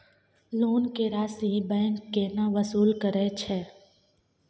Loan के राशि bank केना वसूल करे छै?